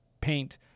Paint